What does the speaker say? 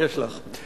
יש לך.